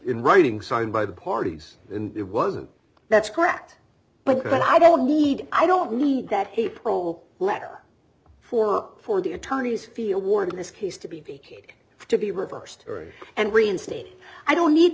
in writing signed by the parties and it wasn't that's correct but i don't need i don't need that people letter for for the attorneys feel ward in this case to be vacated to be reversed and reinstated i don't need